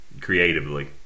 creatively